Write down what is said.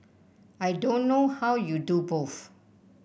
I don't know how you do both